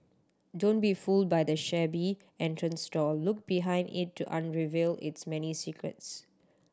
don't be fooled by the shabby entrance door look behind it to unravel its many secrets